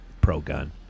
pro-gun